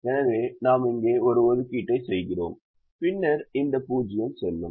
எனவே நாம் இங்கே ஒரு ஒதுக்கீட்டை செய்கிறோம் பின்னர் இந்த 0 செல்லும்